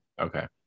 okay